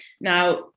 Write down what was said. Now